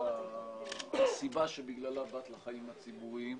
הסיבה שבגללה באת לחיים הציבוריים.